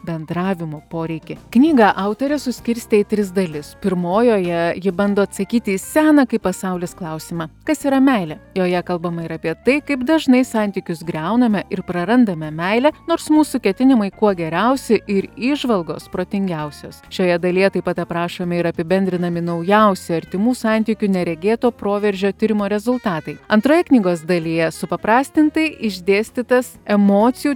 bendravimo poreikį knygą autorė suskirstė į tris dalis pirmojoje ji bando atsakyti į seną kaip pasaulis klausimą kas yra meilė joje kalbama ir apie tai kaip dažnai santykius griauname ir prarandame meilę nors mūsų ketinimai kuo geriausi ir įžvalgos protingiausios šioje dalyje taip pat aprašomi ir apibendrinami naujausi artimų santykių neregėto proveržio tyrimo rezultatai antroje knygos dalyje supaprastintai išdėstytas emocijų